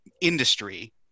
industry